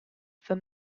for